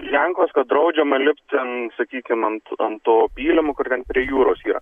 ženklas kad draudžiama lipt ten sakykim ant ant to pylimo kur ten prie jūros yra